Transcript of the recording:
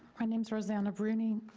my name's rosanna brunie,